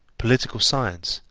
political science,